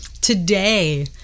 today